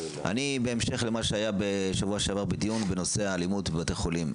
בהמשך למה שהיה בשבוע שעבר בדיון בנושא האלימות בבתי חולים.